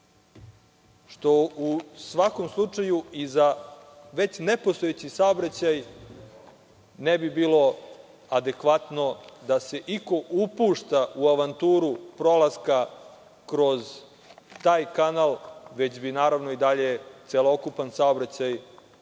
što u svakom slučaju i za već nepostojeći saobraćaj ne bi bilo adekvatno da se iko upušta u avanturu prolaska kroz taj kanal, već bi naravno i dalje celokupan saobraćaj, koji